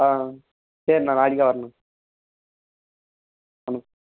ஆ சரிண்ணா நாளைக்கே வரேண்ணா ஆமாம்